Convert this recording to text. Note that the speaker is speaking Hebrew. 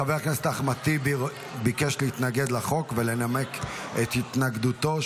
חבר הכנסת אחמד טיבי ביקש להתנגד לחוק ולנמק את התנגדותו.